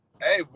Hey